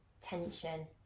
tension